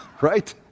Right